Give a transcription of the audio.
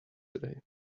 today